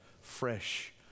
fresh